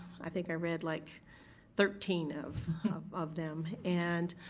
i think i read like thirteen of of them and